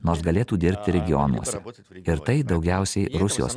nors galėtų dirbti regionuose ir tai daugiausiai rusijos